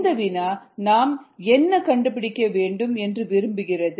இந்த வினா நாம் என்ன கண்டுபிடிக்க வேண்டும் என்று விரும்புகிறது